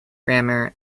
grammar